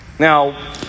Now